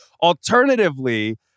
Alternatively